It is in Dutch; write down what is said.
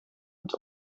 het